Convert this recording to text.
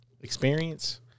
experience